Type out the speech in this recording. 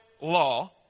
law